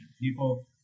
People